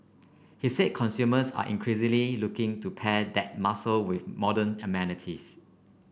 he said consumers are increasingly looking to pair that muscle with modern amenities